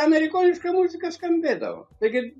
amerikoniška muzika skambėdavo taigi